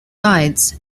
sides